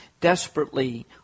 desperately